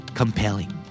compelling